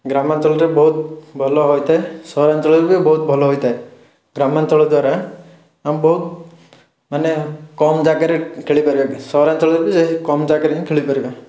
ଗ୍ରାମାଞ୍ଚଳରେ ବହୁତ ଭଲ ହୋଇଥାଏ ସହରାଞ୍ଚଳରେ ବି ବହୁତ ଭଲ ହୋଇଥାଏ ଗ୍ରାମାଞ୍ଚଳ ଦ୍ଵାରା ଆମେ ବହୁତ ମାନେ କମ୍ ଜାଗାରେ ଖେଳିପାରିବା ସହରାଞ୍ଚଳରେ ବି ସେଇ କମ୍ ଜାଗାରେ ହିଁ ଖେଳିପାରିବା